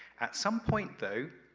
at some point, though,